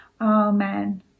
amen